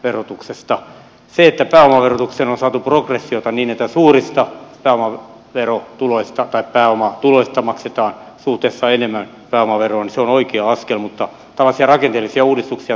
se että pääomaverotukseen on saatu progressiota niin että suurista pääomatuloista maksetaan suhteessa enemmän pääomaveroa on oikea askel mutta tällaisia rakenteellisia uudistuksia tarvitaan lisää